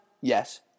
Yes